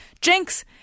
jinx